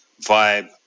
vibe